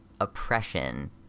oppression